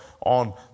on